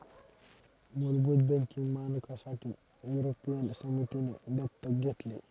मुलभूत बँकिंग मानकांसाठी युरोपियन समितीने दत्तक घेतले